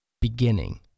beginning